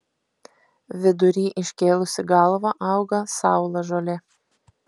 vidury iškėlusi galvą auga saulažolė